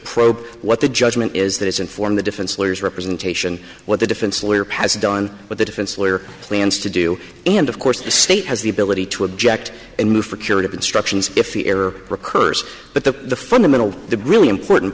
probe what the judgment is that has informed the defense lawyers representation what the defense lawyer has done what the defense lawyer plans to do and of course the state has the ability to object and look for curative instructions if the error occurs but the fundamental the really important